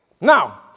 Now